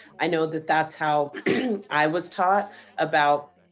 i know that that's how i was taught about,